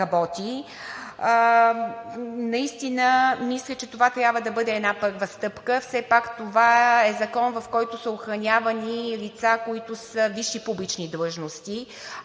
Наистина мисля, че това трябва да бъде една първа стъпка, все пак това е закон, в който са охранявани лица, които са висши публични длъжности.